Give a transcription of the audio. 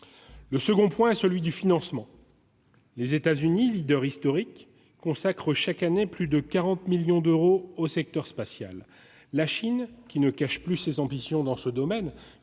Le deuxième point est celui du financement. Les États-Unis, leader historique, consacrent chaque année plus de 40 milliards d'euros au secteur spatial, la Chine, qui ne cache plus ses ambitions dans ce domaine-